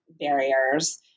barriers